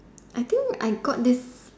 I think I got this